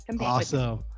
awesome